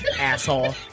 asshole